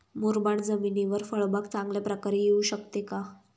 मुरमाड जमिनीवर फळबाग चांगल्या प्रकारे येऊ शकते का?